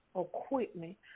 equipment